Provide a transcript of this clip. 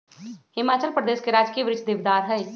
हिमाचल प्रदेश के राजकीय वृक्ष देवदार हई